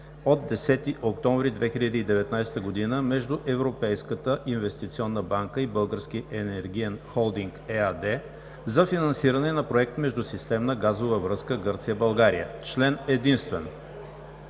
от 10 октомври 2019 г. между Европейската инвестиционна банка и „Български енергиен холдинг“ ЕАД за финансиране на проект „Междусистемна газова връзка Гърция – България“, №